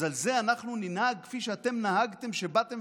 אז על זה אנחנו ננהג כפי שאתם נהגתם כשבאתם